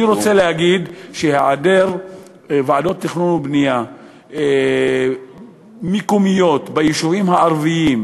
אני רוצה להגיד שהיעדר ועדות תכנון ובנייה מקומיות ביישובים הערביים,